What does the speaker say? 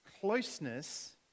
closeness